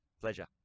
Pleasure